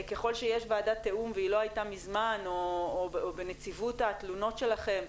ככל שיש ועדת תיאום והיא לא הייתה מזמן או בנציבות התלונות שלכם,